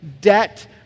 debt